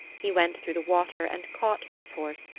he went through the water and caught this horse,